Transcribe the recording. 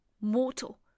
mortal